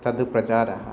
तस्य प्रचारः